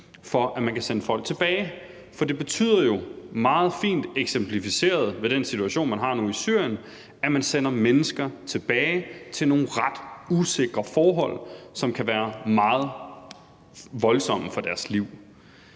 for at man kan sende folk tilbage, for det betyder jo, meget fint eksemplificeret ved den situation, man har nu i Syrien, at man sender mennesker tilbage til nogle ret usikre forhold, som kan være meget voldsomme for deres liv.